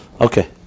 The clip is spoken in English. Okay